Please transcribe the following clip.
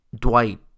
Dwight